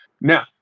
Now